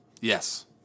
Yes